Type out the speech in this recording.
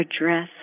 address